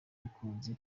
bikunze